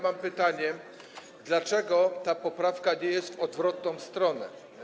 Mam pytanie: Dlaczego ta poprawka nie idzie w odwrotną stronę?